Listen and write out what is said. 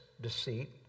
deceit